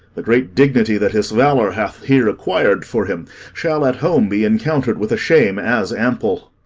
the great dignity that his valour hath here acquir'd for him shall at home be encount'red with a shame as ample.